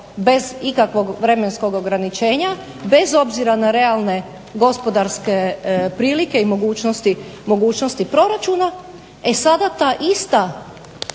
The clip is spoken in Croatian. bez ikakvog vremenskog ograničenja, bez obzira na realne gospodarske prilike i mogućnosti proračuna. E sada ta ista